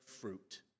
fruit